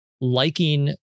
liking